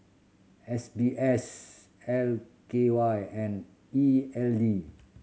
S B S L K Y and E L D